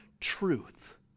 truth